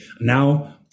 Now